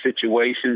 situations